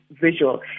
visual